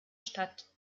stadt